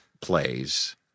plays